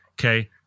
Okay